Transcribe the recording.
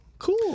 Cool